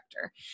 director